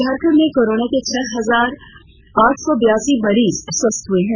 झारखंड में कोरोना के छह हजार आठ सौ बयासी मरीज स्वस्थ हुए हैं